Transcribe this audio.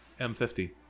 M50